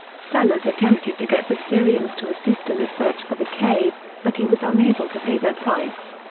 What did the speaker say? sellers attempted to get the syrians to assist in the search for the cave, but he was unable to pay their price.